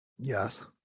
Yes